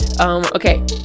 Okay